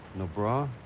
no bra?